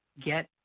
get